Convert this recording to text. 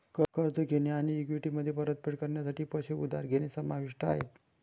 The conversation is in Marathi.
कर्ज घेणे आणि इक्विटीमध्ये परतफेड करण्यासाठी पैसे उधार घेणे समाविष्ट आहे